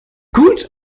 gut